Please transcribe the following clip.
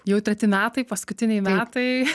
jau treti metai paskutiniai metai